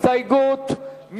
הסתייגות.